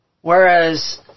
Whereas